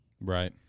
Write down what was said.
Right